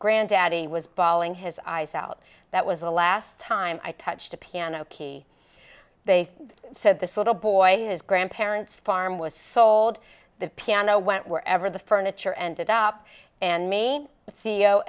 granddaddy was bawling his eyes out that was the last time i touched a piano key they said this little boy his grandparents farm was sold the piano went where ever the furniture ended up and me c